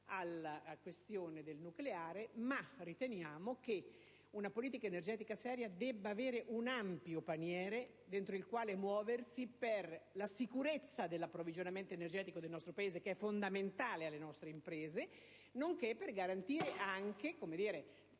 una moratoria del nucleare, ma riteniamo che una politica energetica seria debba avere un ampio paniere entro il quale muoversi per la sicurezza dell'approvvigionamento energetico del nostro Paese, fondamentale alle nostre imprese, nonché per garantire anche tutte le